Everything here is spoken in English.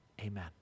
Amen